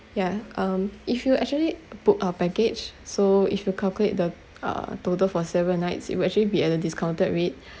yeah um if you actually book our package so if you calculate the uh total for seven nights it will actually be at a discounted rate